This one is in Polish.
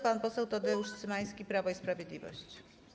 Pan poseł Tadeusz Cymański, Prawo i Sprawiedliwość.